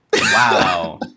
Wow